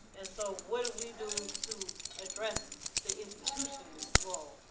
and so what do we do to address the institution's role.